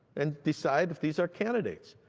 and decide if these are candidates.